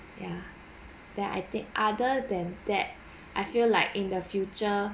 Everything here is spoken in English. ya then I think other than that I feel like in the future